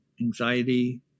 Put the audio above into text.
anxiety